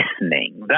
listening